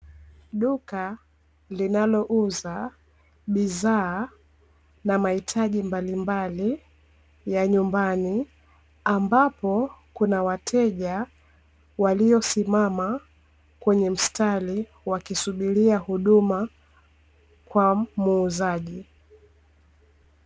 Duka linalouza bidhaa na mahitaji mbalimbali ya nyumbani, ambapo kuna wateja, waliosimama kwenye mstari wakisubiria huduma kwa muuzaji.